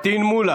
פטין מולא.